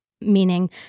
meaning